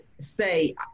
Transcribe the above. say